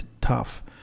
tough